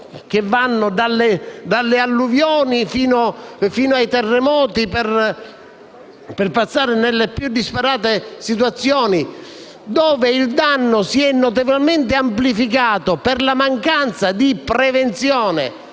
che vanno dalle alluvioni fino ai terremoti, per passare alle situazioni più disparate, in cui il danno si è notevolmente amplificato per la mancanza di prevenzione